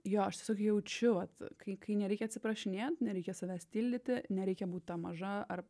jo aš tiesiog jaučiu vat kai kai nereikia atsiprašinėti nereikia savęs tildyti nereikia būt ta maža ar